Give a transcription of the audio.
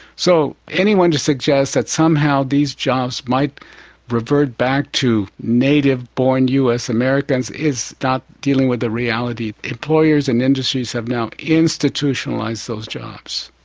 so anyone to suggest that somehow these jobs might revert back to native-born us americans is not dealing with the reality. employers employers and industries have now institutionalised those jobs.